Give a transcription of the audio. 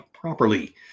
properly